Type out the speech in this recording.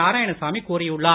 நாராயணசாமி கூறியுள்ளார்